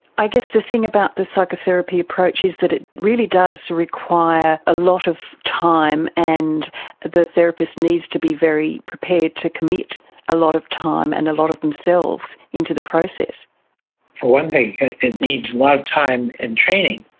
i guess the thing about the psychotherapy approach is that it really does require a lot of time and the therapist needs to be very prepared to commit a lot of time and a lot of themselves into the process. for one thing it needs a lot of time and training.